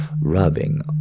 rubbing